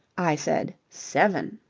i said seven?